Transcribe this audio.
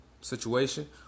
situation